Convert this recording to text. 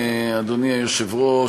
אדוני היושב-ראש,